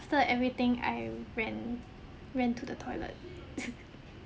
everything I ran ran to the toilet